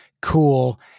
cool